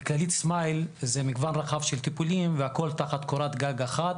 בכללית סמייל זה מגוון רחב של טיפולים והכול תחת קורת גג אחת,